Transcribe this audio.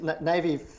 Navy